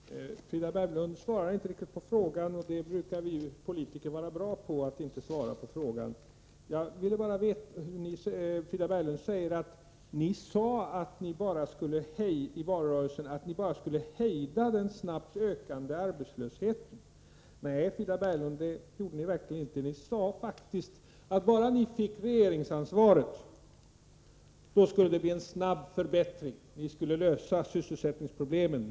Herr talman! Frida Berglund svarade inte riktigt på min fråga. Men vi politiker brukar ju vara bra på att inte svara på ställda frågor. Frida Berglund säger att ni socialdemokrater sade i valrörelsen att ni bara skulle hejda den allt ökande arbetslösheten. Nej, Frida Berglund, det gjorde ni verkligen inte. Ni sade faktiskt att bara ni fick regeringsansvaret, skulle det bli en förbättring snabbt. Ni skulle lösa sysselsättningsproblemen.